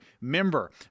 member